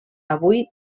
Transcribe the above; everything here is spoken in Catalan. avui